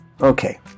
Okay